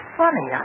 funny